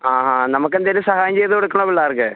ആ ഹാ നമുക്ക് എന്തേലും സഹായം ചെയ്ത് കൊടുക്കണോ പിള്ളേർക്ക്